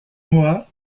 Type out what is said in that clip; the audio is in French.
mois